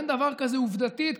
אין דבר כזה עובדתית,